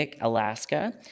Alaska